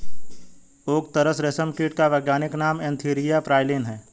okay तसर रेशम कीट का वैज्ञानिक नाम एन्थीरिया प्राइलीन है